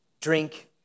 drink